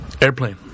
Airplane